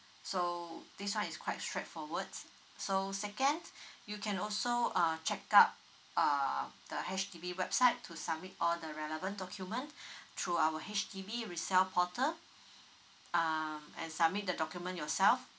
so this one is quite straightforward so second you can also uh check out uh the H_D_B website to submit all the relevant document through our H_D_B resell portal um and submit the document yourself